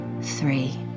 three